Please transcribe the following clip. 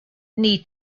need